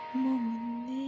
moment